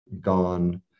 gone